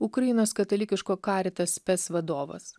ukrainos katalikiško karitas spec vadovas